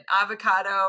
avocado